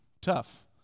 tough